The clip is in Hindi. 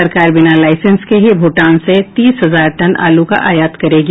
सरकार बिना लाइसेंस के ही भूटान से तीस हजार टन आलू का आयात करेगी